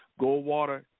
Goldwater